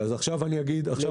למי אנחנו פונים?